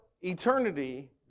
eternity